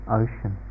ocean